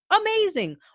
Amazing